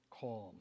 calm